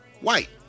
white